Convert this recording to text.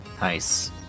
Nice